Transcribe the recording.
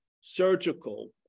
surgical